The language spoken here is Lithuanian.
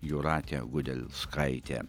jūratė gudelskaitė